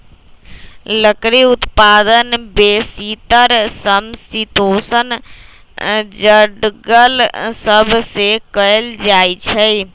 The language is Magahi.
लकड़ी उत्पादन बेसीतर समशीतोष्ण जङगल सभ से कएल जाइ छइ